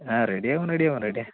ആ റെഡിയാവും റെഡിയാവും റെഡിയാണ്